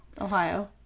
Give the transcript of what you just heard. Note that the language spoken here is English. Ohio